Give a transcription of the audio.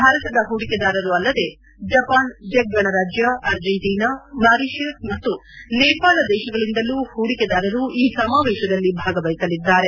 ಭಾರತದ ಹೂಡಿಕೆದಾರರು ಅಲ್ಲದೆ ಜಪಾನ್ ಜೆಕ್ ಗಣರಾಜ್ಲ ಅರ್ಜೆಂಟೀನಾ ಮಾರಿಷಸ್ ಮತ್ತು ನೇಪಾಳ ದೇಶಗಳಿಂದಲೂ ಹೂಡಿಕೆದಾರರು ಈ ಸಮಾವೇಶದಲ್ಲಿ ಭಾಗವಹಿಸಲಿದ್ದಾರೆ